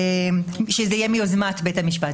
שזה יהיה מיוזמת בית המשפט.